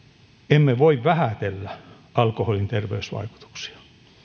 emme voi vähätellä alkoholin terveysvaikutuksia